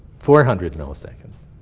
four hundred milliseconds,